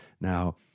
Now